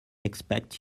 expect